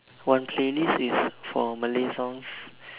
one playlist is for Malay songs